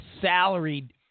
salaried